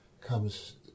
comes